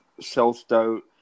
self-doubt